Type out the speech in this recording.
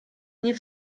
nie